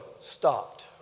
stopped